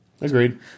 Agreed